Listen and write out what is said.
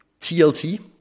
TLT